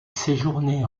séjourné